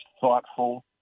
thoughtful